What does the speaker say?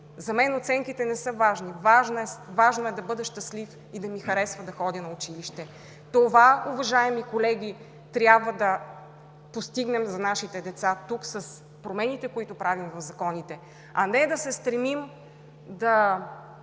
За мен оценките не са важни. Важно е да бъда щастлив и да ми харесва да ходя на училище“. Това, уважаеми колеги, трябва да постигнем за нашите деца тук с промените, които правим в законите, а не да се стремим да